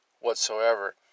whatsoever